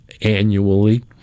annually